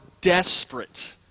desperate